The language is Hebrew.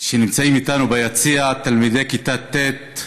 נמצאים איתנו ביציע תלמידי כיתה ט'